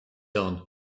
done